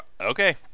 Okay